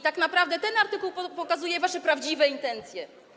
Tak naprawdę ten artykuł pokazuje wasze prawdziwe intencje.